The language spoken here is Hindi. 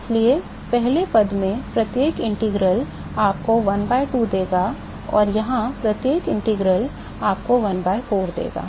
इसलिए पहले पद में प्रत्येक integral आपको 1 by 2 देगा और यहां प्रत्येक integral आपको 1 by 4 देगा